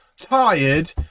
Tired